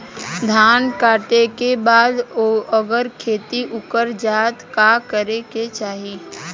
धान कांटेके बाद अगर खेत उकर जात का करे के चाही?